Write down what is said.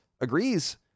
agrees